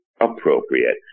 appropriate